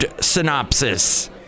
synopsis